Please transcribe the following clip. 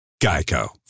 Geico